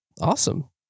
Awesome